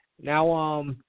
Now